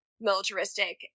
militaristic